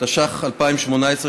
התשע"ח 2018,